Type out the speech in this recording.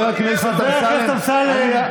די.